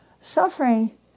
Suffering